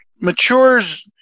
matures